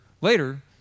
later